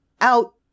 out